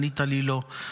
ענית לי: לא,